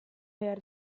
behar